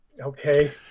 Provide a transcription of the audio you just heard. Okay